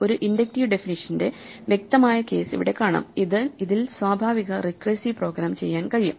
ഒരു ഇൻഡക്റ്റീവ് ഡെഫിനിഷ്യൻസിന്റെ വ്യക്തമായ കേസ് ഇവിടെ കാണാം ഇതിൽ സ്വാഭാവിക റിക്കേഴ്സീവ് പ്രോഗ്രാം ചെയ്യാൻ കഴിയും